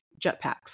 jetpacks